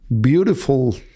beautiful